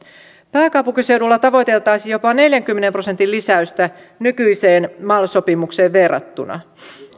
pääkaupunkiseudulla tavoiteltaisiin jopa neljänkymmenen prosentin lisäystä nykyiseen mal sopimukseen verrattuna